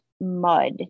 mud